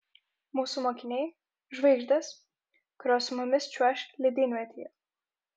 mūsų mokiniai žvaigždės kurios su mumis čiuoš ledynmetyje